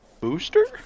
Booster